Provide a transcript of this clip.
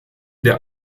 der